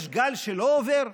יש גל שלא עובר?